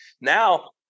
Now